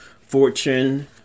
Fortune